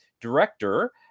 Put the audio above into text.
director